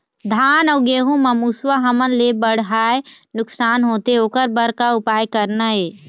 धान अउ गेहूं म मुसवा हमन ले बड़हाए नुकसान होथे ओकर बर का उपाय करना ये?